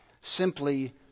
Simply